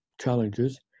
challenges